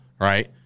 right